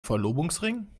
verlobungsring